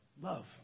Love